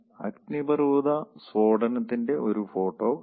അഗ്നിപർവ്വത സ്ഫോടനത്തിന്റെ ഒരു ഫോട്ടോ കാണാം